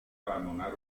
abandonar